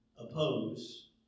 oppose